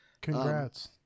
Congrats